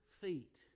feet